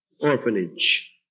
orphanage